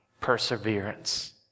Perseverance